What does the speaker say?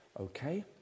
Okay